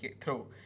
throw